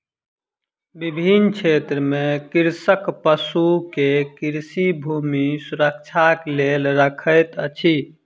विभिन्न क्षेत्र में कृषक पशु के कृषि भूमि सुरक्षाक लेल रखैत अछि